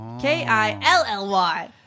K-I-L-L-Y